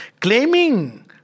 claiming